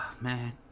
man